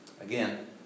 Again